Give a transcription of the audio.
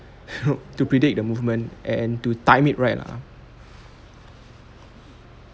to predict the movement and to time it right lah